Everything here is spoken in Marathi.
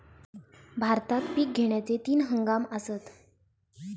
भारतात पिक घेण्याचे तीन हंगाम आसत